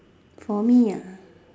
for me ah